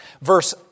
Verse